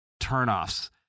turnoffs